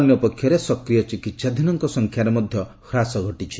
ଅନ୍ୟ ପକ୍ଷରେ ସକ୍ରିୟ ଚିକିହାଧୀନଙ୍କ ସଂଖ୍ୟାରେ ମଧ୍ୟ ହ୍ରାସ ଘଟିଛି